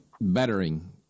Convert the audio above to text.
bettering